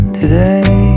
today